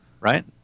Right